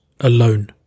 Alone